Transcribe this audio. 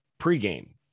pregame